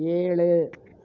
ஏழு